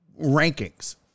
rankings